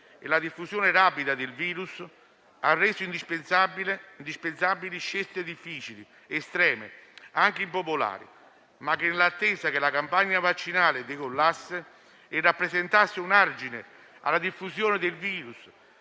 rapida diffusione del *virus* ha reso indispensabili scelte difficili, estreme e anche impopolari, ma che, nell'attesa che la campagna vaccinale decollasse e rappresentasse un argine alla diffusione del *virus*